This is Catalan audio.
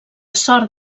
sort